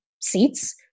seats